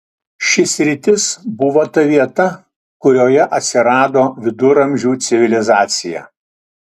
ši sritis buvo ta vieta kurioje atsirado viduramžių civilizacija